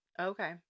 Okay